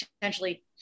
potentially